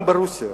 גם ברוסיה